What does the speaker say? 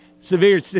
severe